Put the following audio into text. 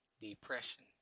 depression